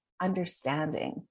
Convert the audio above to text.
understanding